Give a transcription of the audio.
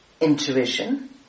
intuition